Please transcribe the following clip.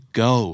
go